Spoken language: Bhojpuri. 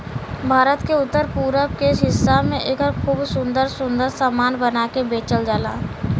भारत के उत्तर पूरब के हिस्सा में एकर खूब सुंदर सुंदर सामान बना के बेचल जाला